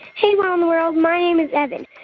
hey, wow in the world. my name is evan.